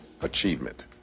achievement